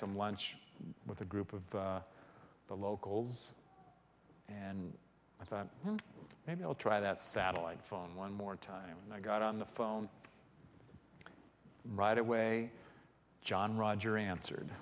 some lunch with a group of the locals and i thought maybe i'll try that satellite phone one more time and i got on the phone right away john roger answered